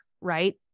right